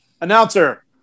Announcer